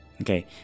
okay